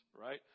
right